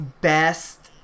best